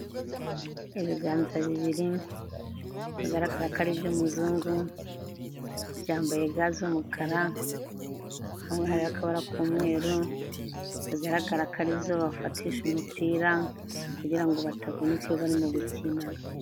Ibiganza bibiri bigaragara ko ari iby'umuzungu byambaye ga z'umukara, hamwe hariho akabara k'umweru bigaragara ko arizo bafatisha umupira kugira batavunika barimo gukina.